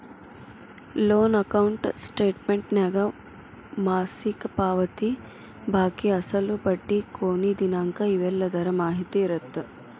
loan account ಸ್ಟೇಟಮೆಂಟ್ನ್ಯಾಗ ಮಾಸಿಕ ಪಾವತಿ ಬಾಕಿ ಅಸಲು ಬಡ್ಡಿ ಕೊನಿ ದಿನಾಂಕ ಇವೆಲ್ಲದರ ಮಾಹಿತಿ ಇರತ್ತ